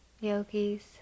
yogis